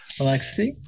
Alexi